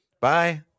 Bye